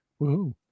Woohoo